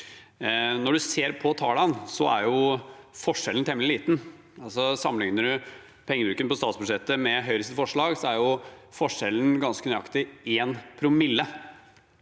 Når man ser på tallene, er forskjellen temmelig liten. Altså: Sammenligner man pengebruken på statsbudsjettet med Høyres forslag, er forskjellen ganske nøyaktig én promille.